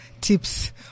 tips